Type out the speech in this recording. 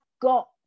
got